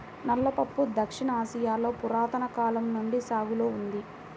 నల్ల పప్పు దక్షిణ ఆసియాలో పురాతన కాలం నుండి సాగులో ఉంది